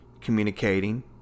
communicating